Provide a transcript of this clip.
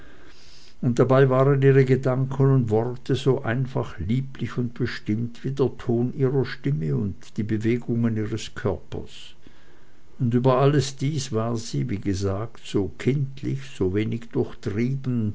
und dabei waren ihre gedanken und worte so einfach lieblich und bestimmt wie der ton ihrer stimme und die bewegungen ihres körpers und über alles dies war sie wie gesagt so kindlich so wenig durchtrieben